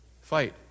Fight